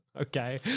Okay